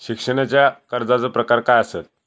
शिक्षणाच्या कर्जाचो प्रकार काय आसत?